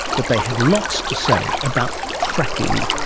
but they had lots to say about fracking.